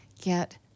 get